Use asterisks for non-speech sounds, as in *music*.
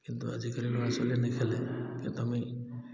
কিন্তু আজিকালি ল'ৰা ছোৱালীয়ে নেখেলে *unintelligible*